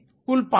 તેથી કુલ 5